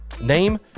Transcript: name